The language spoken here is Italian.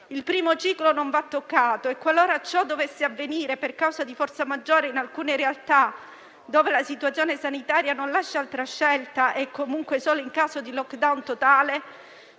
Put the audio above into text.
Il primo ciclo non va toccato e, qualora ciò dovesse avvenire per causa di forza maggiore in alcune realtà dove la situazione sanitaria non lasci altra scelta, e comunque solo in caso di *lockdown* totale,